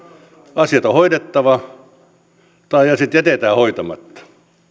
asiat on hoidettava tai asiat jätetään hoitamatta